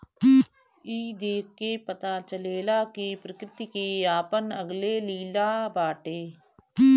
ई देख के पता चलेला कि प्रकृति के आपन अलगे लीला बाटे